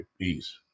peace